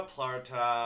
Plata